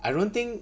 I don't think